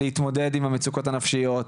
להתמודד עם המצוקות הנפשיות.